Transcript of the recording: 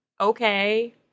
okay